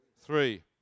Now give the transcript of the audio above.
three